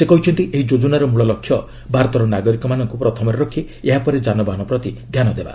ସେ କହିଛନ୍ତି ଏହି ଯୋଜନାର ମୂଳ ଲକ୍ଷ୍ୟ ଭାରତର ନାଗରିକଙ୍କୁ ପ୍ରଥମରେ ରଖି ଏହା ପରେ ଜାନବାହନ ପ୍ରତି ଧ୍ୟାନ ଦେବ